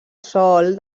sol